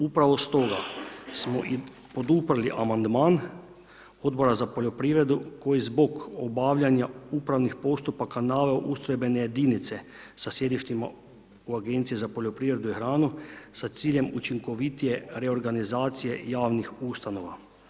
Upravo stoga smo i poduprli amandman Odbora za poljoprivredu koji zbog obavlja upravnih postupaka nove ustrojbene jedinice sa sjedištima u Agenciji za poljoprivredu i hranu sa ciljem učinkovitije reorganizacije javnih ustanova.